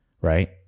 right